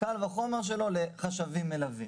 קל וחומר שלא לחשבים מלווים.